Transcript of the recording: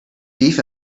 beef